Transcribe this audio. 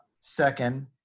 Second